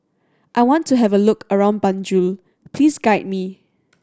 I want to have a look around Banjul please guide me